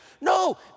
No